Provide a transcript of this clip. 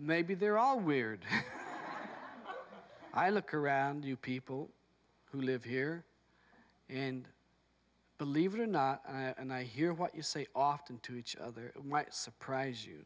maybe they're all weird i look around you people who live here and believe it or not and i hear what you say often to each other might surprise you